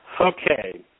Okay